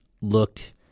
looked